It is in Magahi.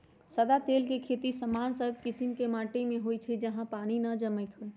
सदा तेल के खेती सामान्य सब कीशिम के माटि में होइ छइ जहा पानी न जमैत होय